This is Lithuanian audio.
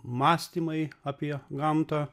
mąstymai apie gamtą